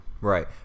Right